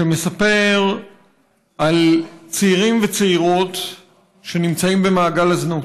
שמספר על צעירים וצעירות שנמצאים במעגל הזנות,